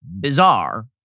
bizarre